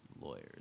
Lawyers